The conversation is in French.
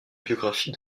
biographie